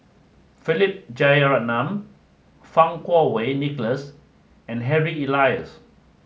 Philip Jeyaretnam Fang Kuo Wei Nicholas and Harry Elias